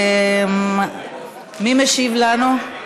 מי משיב לנו?